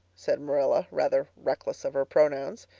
said marilla, rather reckless of her pronouns.